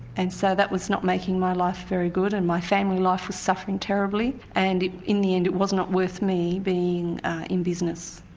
and so that was not making my life very good and my family life was suffering terribly and in the end it was not worth me being in business.